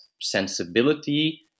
sensibility